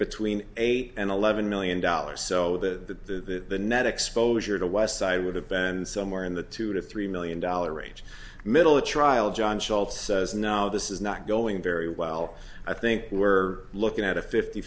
between eight and eleven million dollars so that the net exposure to westside would have been somewhere in the two to three million dollar range middle of trial john schulte says now this is not going very well i think we're looking at a fifty